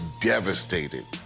devastated